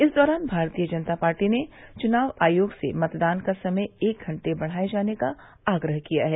इस दौरान भारतीय जनता पार्टी ने चुनाव आयोग से मतदान का समय एक घंटे बढ़ाये जाने का आग्रह किया है